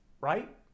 right